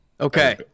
Okay